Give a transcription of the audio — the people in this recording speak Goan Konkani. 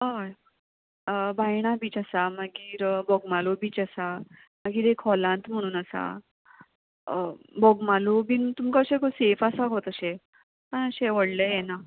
हय बायणा बीच आसा मागीर बोगमालू बीच आसा मागीर एक हॉलांत म्हणून आसा बोगमालू बीन तुमकां अशें सेफ आसा गो तशें आशें व्हडलें येना